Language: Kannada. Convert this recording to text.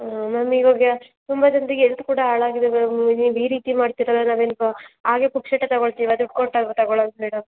ಹಾಂ ಮ್ಯಾಮ್ ಇವಾಗ ಕೆಮ್ಮೋದ್ರಿಂದ ಎಲ್ತ್ ಕೂಡಾ ಹಾಳಾಗಿದೆ ಮ್ಯಾಮ್ ನೀವು ಈ ರೀತಿ ಮಾಡ್ತಿರಲ್ಲಾ ನಾವು ಎನ್ಕೋ ಹಾಗೆ ಪುಕ್ಸಟ್ಟೆ ತಗೋಳ್ತೀವಾ ದುಡ್ಡು ಕೊಟ್ಟು ಅಲ್ವ ತಗೋಳೋದು ಮೇಡಮ್